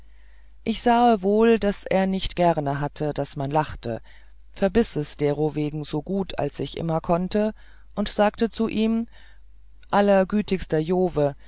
ich sahe wohl daß er nicht gern hatte daß man lachte verbiß es derowegen so gut als ich immer konnte und sagte zu ihm